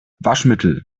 waschmittel